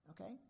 Okay